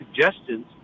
suggestions